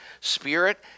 spirit